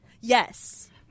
Yes